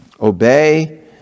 Obey